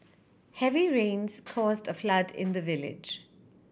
heavy rains caused a flood in the village